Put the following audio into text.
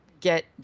get